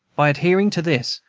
by adhering to this,